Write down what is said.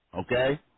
okay